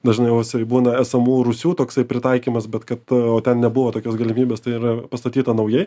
dažniausiai būna esamų rūsių toksai pritaikymas bet kad ten nebuvo tokios galimybės tai yra pastatyta naujai